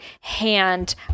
hand